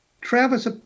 Travis